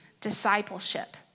discipleship